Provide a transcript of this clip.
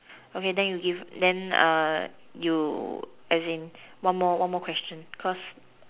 okay then you give then you as in one more one more question cause